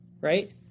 right